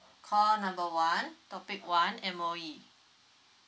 call number one topic one M_O_E